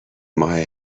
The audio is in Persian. ماه